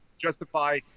justify